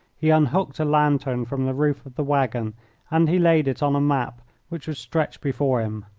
he unhooked a lantern from the roof of the waggon and he laid it on a map which was stretched before him.